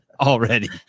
already